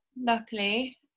luckily